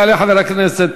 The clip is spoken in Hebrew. יעלה חבר הכנסת